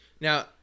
Now